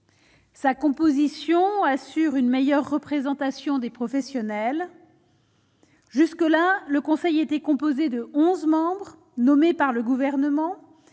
sa composition assure une meilleure représentation des professionnels jusque-là le conseil était composé de 11 membres nommés par le gouvernement